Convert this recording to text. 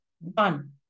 one